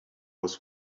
was